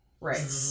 right